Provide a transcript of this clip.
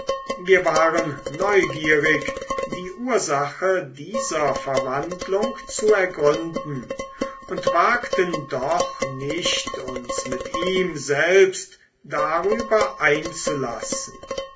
wir waren neugierig die ursache dieser verwandlung zu ergründen und wagten doch nicht uns mit ihm selbst darüber einzulassen